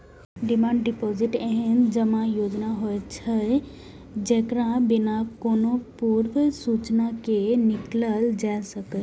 demand deposit एहन जमा योजना होइ छै, जेकरा बिना कोनो पूर्व सूचना के निकालल जा सकैए